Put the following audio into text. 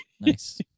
nice